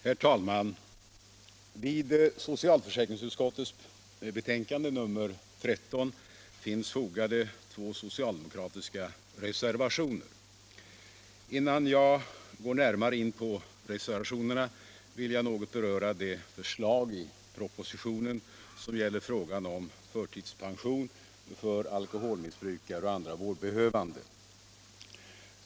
Herr talman! Vid socialförsäkringsutskottets betänkande nr 13 finns fogade två socialdemokratiska reservationer. Innan jag går närmare in på reservationerna, vill jag något beröra det förslag i propositionen som gäller frågan om förtidspension för alkoholmissbrukare och andra vårdbehövande.